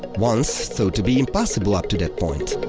ones thought to be impossible up to that point.